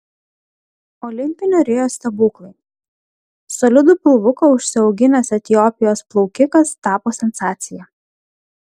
olimpinio rio stebuklai solidų pilvuką užsiauginęs etiopijos plaukikas tapo sensacija